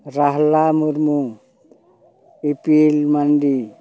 ᱨᱟᱦᱚᱞᱟ ᱢᱩᱨᱢᱩ ᱤᱯᱤᱞ ᱢᱟᱱᱰᱤ